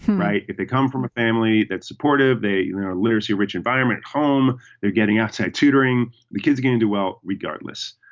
right. if they come from a family that's supportive they are literacy rich environment home they're getting outside tutoring but kids getting to well regardless.